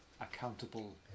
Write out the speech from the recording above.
accountable